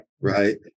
right